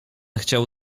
chciał